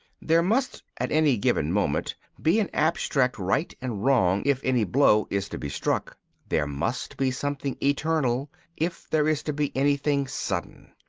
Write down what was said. there must at any given moment be an abstract right and wrong if any blow is to be struck there must be something eternal if there is to be anything sudden.